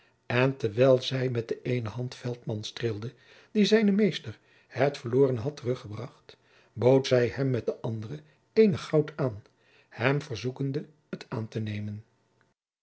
en terwijl zij jacob van lennep de pleegzoon met de eene hand veltman streelde die zijnen meester het verlorene had terug gebracht bood zij hem met de andere eenig goud aan hem verzoekende het aan te nemen